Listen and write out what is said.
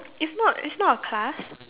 it's not it's not a class